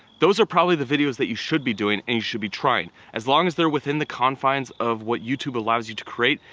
those are probably the videos that you should be doing and you should trying. as long as they're within the confines of what youtube allows you to create,